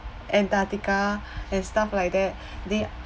Antarctica and stuff like that the